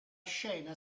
scena